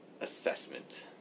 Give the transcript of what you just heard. assessment